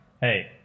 hey